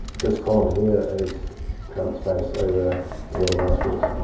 this column here is trump's face over the little rascals.